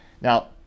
Now